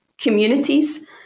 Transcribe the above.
communities